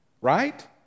right